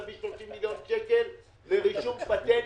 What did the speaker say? תביא 30 מיליון שקל לרישום פטנטים.